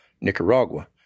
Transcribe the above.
Nicaragua